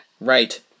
Right